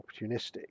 opportunistic